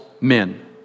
men